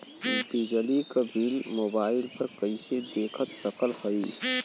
बिजली क bill mobile पर कईसे देख सकत हई?